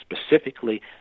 specifically